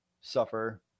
suffer